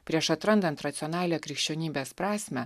prieš atrandant racionalią krikščionybės prasmę